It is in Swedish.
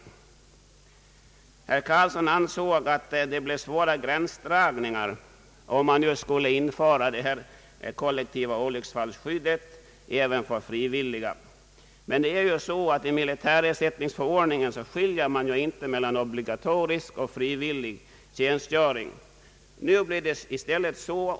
Herr Carlsson anser att det blir svåra gränsdragningar om man inför det kollektiva olycksfallsskyddet även för frivilliga. I militärersättningsförordningen skiljer man emellertid inte mellan obligatorisk och frivillig tjänstgöring.